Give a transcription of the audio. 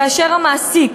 כאשר המעסיק,